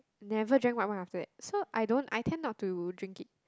never drank white wine after that so I don't I tend not to drink it